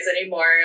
anymore